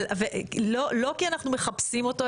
לא כי אנחנו מחפשים אותו,